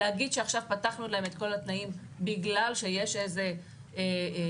להגיד שעכשיו פתחנו להם את כל התנאים בגלל שיש איזה איומים?